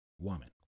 woman